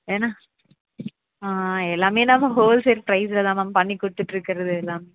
ஏன்னால் எல்லாமே நம்ம ஹோல் சேல் ப்ரைஸ்சில் தான் மேம் பண்ணி கொடுத்துட்டு இருக்கிறது எல்லாம்